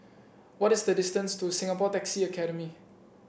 what is the distance to Singapore Taxi Academy